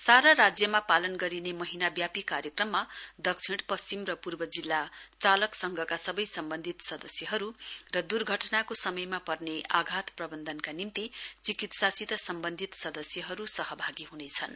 सारा राज्यमा पालन गरिने महीनाव्यापी कार्यक्रममा दक्षिण पश्चिम र पूर्व जिल्ला चालक संघका सबै सम्बन्धित सदस्यहरू र द्र्घटनाको समयमा पर्ने आघात प्रबन्धनका निम्ति चिकित्सासित सम्बन्धी सदस्यहरू सहभागी बनिरहेछन्